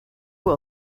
will